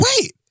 wait